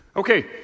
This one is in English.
Okay